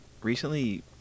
Recently